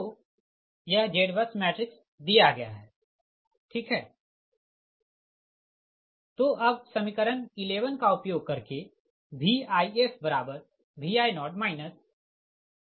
तो Z BUS j 01806 j 01194 j 01438 j 01560 j 01194 j 01806 j 01560 j 01438 j 01438 j 01560 j 02712 j 01486 j 01560 j 01438 j 01486 j 02712